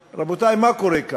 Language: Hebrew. רבותי, מה קורה כאן,